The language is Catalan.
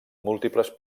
múltiples